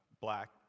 black